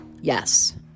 yes